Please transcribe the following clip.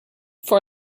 for